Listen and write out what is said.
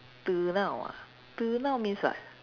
ah means what